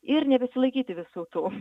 ir nebesilaikyti visų tų